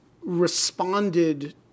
responded